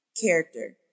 character